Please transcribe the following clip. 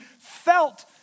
felt